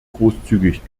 großzügig